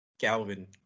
Calvin